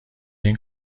این